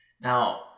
now